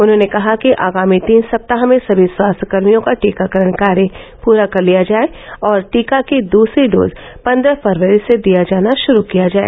उन्होंने कहा कि आगामी तीन सप्ताह में समी स्वास्थ्यकर्मियों का टीकाकरण कार्य पूरा कर लिया जाय और टीका की दसरी डोज पन्द्रह फरवरी से दिया जाना शुरू किया जाय